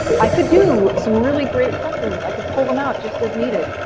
i could do some really great lessons. i could pull them out just as needed.